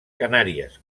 canàries